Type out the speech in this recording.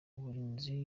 uburinzi